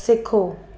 सिखो